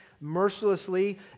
mercilessly